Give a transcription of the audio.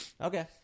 Okay